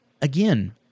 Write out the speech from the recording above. Again